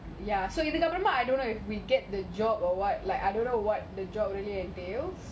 ya so இதுக்கு அபிராம:ithuku aprama I don't know if we get the job or what like I don't know what the job really was